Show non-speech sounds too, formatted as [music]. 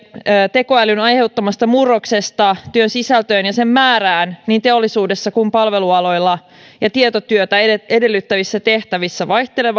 tekoälyn aiheuttamasta murroksesta työn sisältöön ja sen määrään niin teollisuudessa kuin palvelualoilla ja tietotyötä edellyttävissä tehtävissä vaihtelee [unintelligible]